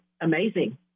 amazing